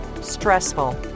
stressful